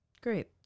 Great